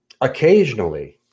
occasionally